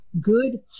good